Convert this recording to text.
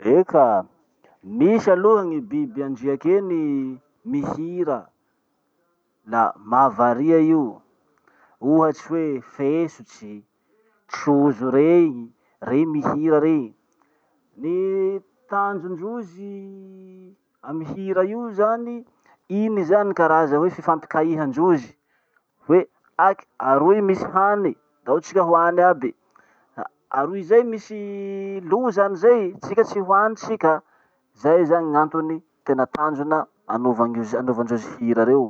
Eka! Misy aloha gny biby andriaky eny mihira, la mahavaria io. Ohatsy hoe fesotry, trozo rey, rey mihira rey. Ny tanjondrozy amy hira io zany, igny zany karaza hoe fifampikaihandrozy hoe: aky, aroy misy hany ndao tsika ho any aby. Aroy zay misy loza any zay, tsika tsy ho any tsika. Zay zany antony tena tanjona anaovan- anaovandrozy hira reo.